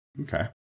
Okay